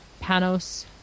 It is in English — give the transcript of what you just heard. Panos